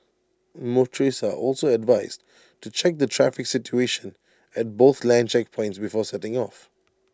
motorists are also advised to check the traffic situation at both land checkpoints before setting off